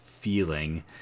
feeling